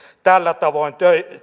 tällä tavoin